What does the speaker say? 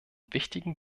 wichtigen